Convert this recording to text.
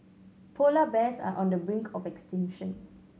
polar bears are on the brink of extinction